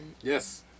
Yes